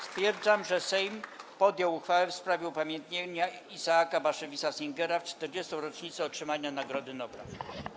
Stwierdzam, że Sejm podjął uchwałę w sprawie upamiętnienia Isaaca Bashevisa Singera w 40. rocznicę otrzymania Nagrody Nobla.